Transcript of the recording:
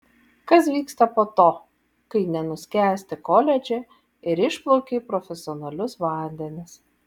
kas vyksta po to kai nenuskęsti koledže ir išplauki į profesionalius vandenis